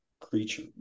creature